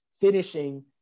finishing